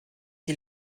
die